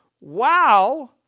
wow